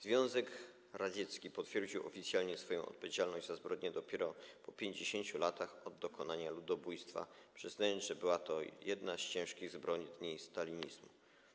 Związek Radziecki potwierdził oficjalnie swoją odpowiedzialność za zbrodnię dopiero po 50 latach od dokonania ludobójstwa, przyznając, że była to „jedna z ciężkich zbrodni stalinizmu”